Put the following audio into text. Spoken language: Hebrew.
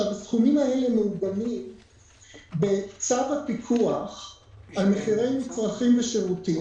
הסכומים האלה מעוגנים בצו הפיקוח על מחירי מצרכים ושירותים,